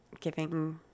giving